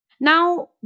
Now